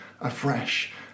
afresh